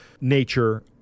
nature